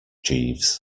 jeeves